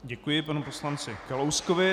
Děkuji panu poslanci Kalouskovi.